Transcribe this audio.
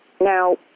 Now